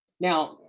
Now